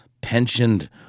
pensioned